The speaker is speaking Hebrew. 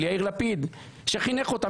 של יאיר לפיד שחינך אותם.